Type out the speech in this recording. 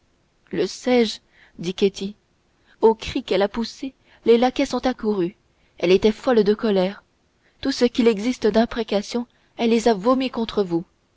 le sais-je dit ketty aux cris qu'elle a poussés les laquais sont accourus elle était folle de colère tout ce qu'il existe d'imprécations elle les a vomies contre vous